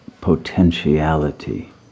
potentiality